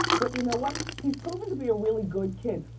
but you know what? he's proven to be a really good kid.